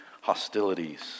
hostilities